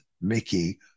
Mickey